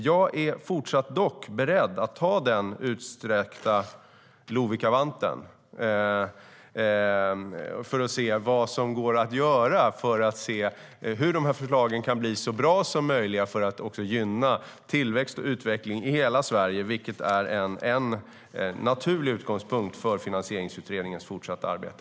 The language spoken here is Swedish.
Jag är dock fortsatt beredd att ta den utsträckta Lovikkavanten och se vad som går att göra för att se hur de här förslagen kan bli så bra som möjligt, så att man gynnar tillväxt och utveckling i hela Sverige, vilket är en naturlig utgångspunkt för Finansieringsutredningens fortsatta arbete.